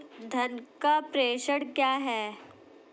धन का प्रेषण क्या है?